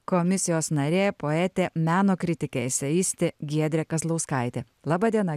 komisijos narė poetė meno kritikė eseistė giedrė kazlauskaitė laba diena